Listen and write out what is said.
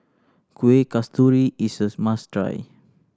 Kueh Kasturi is a must try